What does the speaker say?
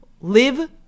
live